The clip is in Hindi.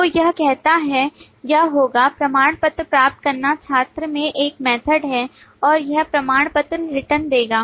तो यह कहता है यह होगा प्रमाण पत्र प्राप्त करना छात्र में एक method है और यह प्रमाणपत्र return देगा